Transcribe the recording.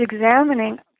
examining